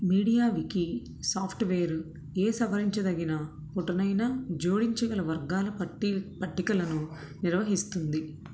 media wiki software ఏ సవరించదగిన పుటనైనా జోడించగల వర్గాల పట్టీ పట్టికలను నిర్వహిస్తుంది